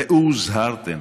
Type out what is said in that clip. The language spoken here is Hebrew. ראו הוזהרתם.